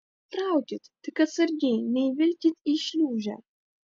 traukit tik atsargiai neįvilkit į šliūžę